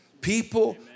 People